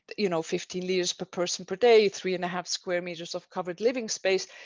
you know, fifty litres per person per day, three and a half square metres of covered living space.